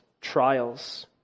trials